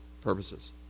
purposes